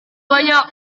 banyak